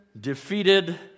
defeated